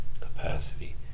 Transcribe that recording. capacity